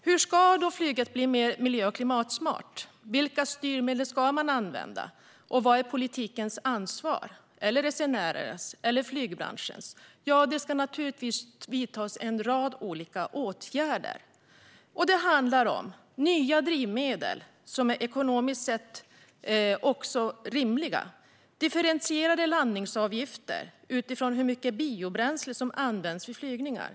Hur ska då flyget bli mer miljö och klimatsmart? Vilka styrmedel ska man använda? Vad är politikens ansvar? Vad är resenärernas - eller flygbranschens - ansvar? Det ska naturligtvis vidtas en rad olika åtgärder. Det handlar om nya drivmedel som också ekonomiskt sett är rimliga. Det handlar om differentierade landningsavgifter utifrån hur mycket biobränsle som används vid flygningar.